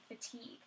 fatigue